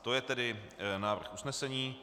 To je tedy návrh usnesení.